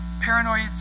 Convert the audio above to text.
paranoid